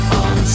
on